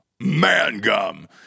Mangum